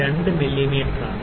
02 മില്ലിമീറ്ററാണ്